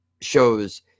shows